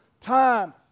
time